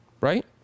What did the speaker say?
right